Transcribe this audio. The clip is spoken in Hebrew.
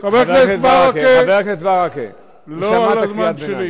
עזוב זמן לא זמן.